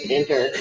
Enter